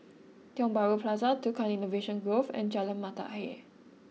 Tiong Bahru Plaza Tukang Innovation Grove and Jalan Mata Ayer